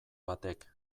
batek